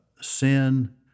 Sin